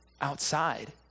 outside